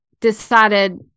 decided